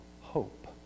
hope